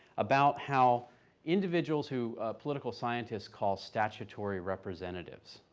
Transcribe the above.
about how individuals who political scientists call statutory representatives,